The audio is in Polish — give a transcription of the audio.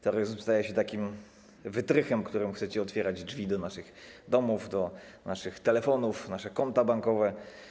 Terroryzm staje się wytrychem, którym chcecie otwierać drzwi do naszych domów, do naszych telefonów, nasze konta bankowe.